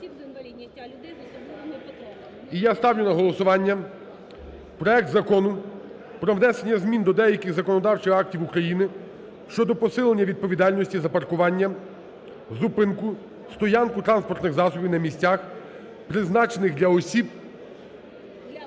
І я ставлю на голосування проект Закону про внесення змін до деяких законодавчих актів України щодо посилення відповідальності за паркування, зупинку, стоянку транспортних засобів на місця, призначених для людей